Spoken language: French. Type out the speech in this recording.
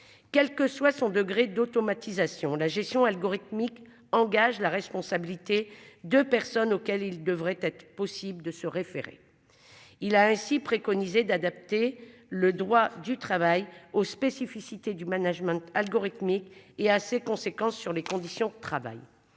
Quel que soit son degré d'automatisation la gestion algorithmique engage la responsabilité de personnes auxquelles il devrait être possible de se référer. Il a ainsi préconisé d'adapter le droit du travail aux spécificités du management algorithmique et à ses conséquences sur les conditions de travail.